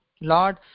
Lord